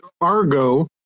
Argo